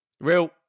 Real